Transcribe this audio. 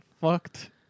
fucked